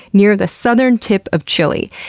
near the southern tip of chile.